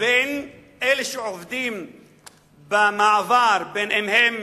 בין אלה שעובדים במעבר, בין אם הם